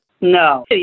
No